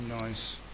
Nice